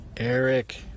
Eric